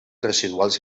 residuals